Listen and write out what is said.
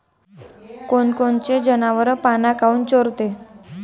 कोनकोनचे जनावरं पाना काऊन चोरते?